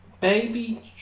baby